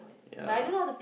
ya